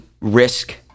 risk